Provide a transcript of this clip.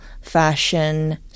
fashion